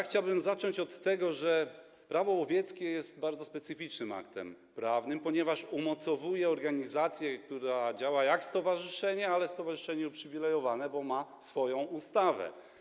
Chciałbym zacząć od tego, że Prawo łowieckie jest bardzo specyficznym aktem prawnym, ponieważ umocowuje organizację, która działa jak stowarzyszenie, ale stowarzyszenie uprzywilejowane, bo ma swoją ustawę.